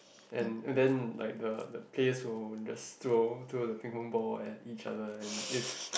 and and then like the the players will just throw throw the Ping-Pong ball at each other and if